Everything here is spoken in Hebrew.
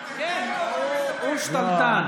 כן, הוא שתלטן.